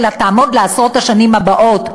אלא תעמוד לעשרות השנים הבאות.